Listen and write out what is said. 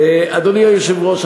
אדוני היושב-ראש,